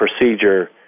procedure